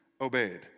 obeyed